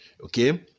Okay